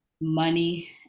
money